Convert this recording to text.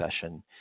session